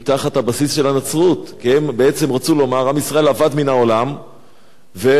כי הם בעצם רצו לומר: עם ישראל אבד מן העולם וקמה ברית חדשה.